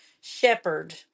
Shepherd